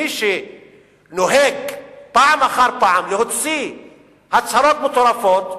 מי שנוהג פעם אחר פעם להוציא הצהרות מטורפות,